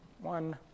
one